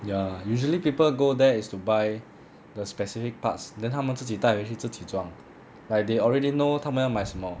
ya usually people go there is to buy the specific parts then 他们自己带回去自己装 like they already know 他们要买什么